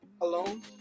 alone